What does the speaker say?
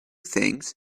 things